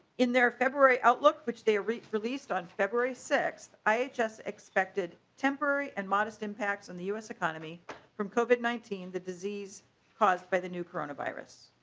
in their february outlook which they re released on february six i just expected a temporary and modest impact on the us economy from covid nineteen the disease caused by the new coronavirus.